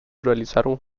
realizaron